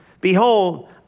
Behold